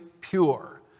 pure